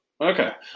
Okay